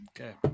Okay